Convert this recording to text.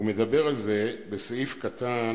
הוא מדבר על זה בסעיף קטן